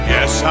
Yes